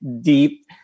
deep